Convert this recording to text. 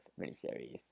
miniseries